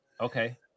okay